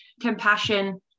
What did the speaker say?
compassion